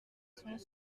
sens